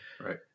Right